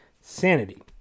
Sanity